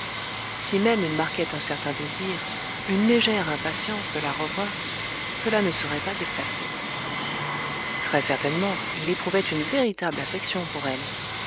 si même il marquait un certain désir une légère impatience de la revoir cela ne serait pas déplacé très certainement il éprouvait une véritable affection pour elle